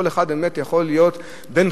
כל אחד יכול להיות בן-חורין,